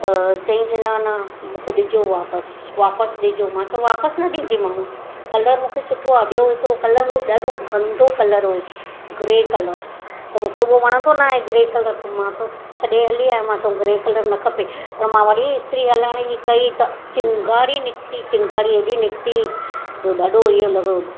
त चईं की न न मूंखे ॾिजो वापसि वापसि ॾिजो मां त वापसि न ॾींदीमांव कलर मूंखे सुठो आहे ॿियों हिकिड़ो कलर हुअसि ॾाढो गंदो कलर हुअसि ग्रे कलर उहो त मूंखे उहो वणंदो न आए ग्रे कलर त मां त छॾे हली आई मा चयो ग्रे कलर न खपे पर मां वरी इस्त्री हलाइण जी कई त चिंगारी निकिती चिंगारी हेॾी निकिती जो ॾाढो इहो लॻो